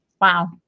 Wow